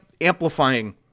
amplifying